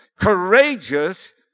courageous